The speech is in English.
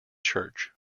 church